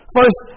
First